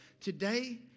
today